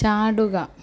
ചാടുക